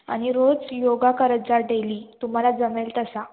आणि रोज योग करत जा डेली तुम्हाला जमेल तसा